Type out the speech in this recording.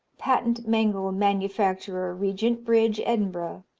patent-mangle manufacturer, regent bridge, edinburgh,